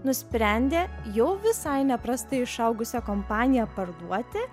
nusprendė jau visai neprastai išaugusią kompaniją parduoti